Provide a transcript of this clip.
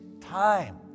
time